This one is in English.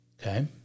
Okay